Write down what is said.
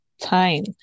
time